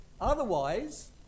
Otherwise